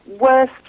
worst